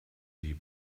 die